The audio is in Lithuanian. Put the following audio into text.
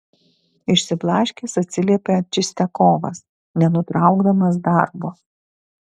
išsiblaškęs atsiliepė čistiakovas nenutraukdamas darbo